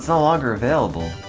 longer available!